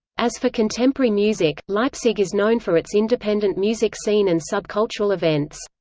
as for contemporary music, leipzig is known for its independent music scene and subcultural events.